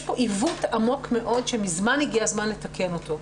יש פה עיוות עמוק מאוד שמזמן הגיע הזמן לתקן אותו.